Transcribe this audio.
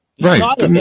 Right